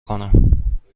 کنم